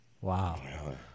Wow